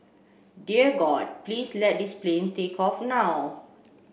dear God please let this plane take off now